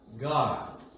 God